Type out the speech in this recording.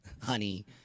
honey